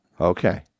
Okay